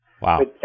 Wow